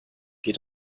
geht